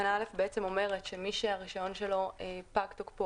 היא בעצם אומרת שמי שהרישיון שלו פג תוקפו